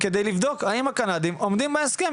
על מנת לבדוק האם הקנדיים עומדים בהסכם,